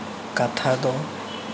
ᱠᱟᱛᱷᱟ ᱫᱚ